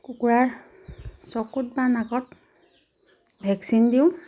কুকুৰাৰ চকুত বা নাকত ভেকচিন দিওঁ